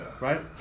right